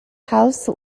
house